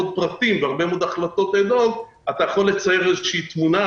פרטים והרבה מאוד החלטות אד-הוק אתה יכול לצייר איזו תמונה,